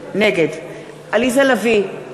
נגד עליזה לביא,